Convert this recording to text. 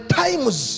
times